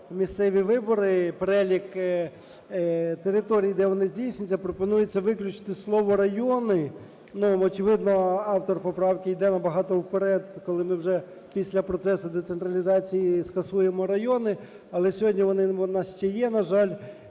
місцеві вибори, перелік територій, де вони здійснюються, пропонується виключити слово "райони". Ну, очевидно, автор поправки йде набагато вперед, коли ми вже після процесу децентралізації скасуємо райони. Але сьогодні вони у нас ще є, на жаль.